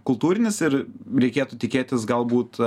kultūrinis ir reikėtų tikėtis galbūt